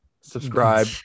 Subscribe